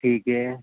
ٹھیک ہے